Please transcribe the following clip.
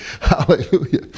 Hallelujah